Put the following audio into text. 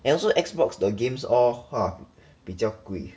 and also Xbox the games all !wah! 比较贵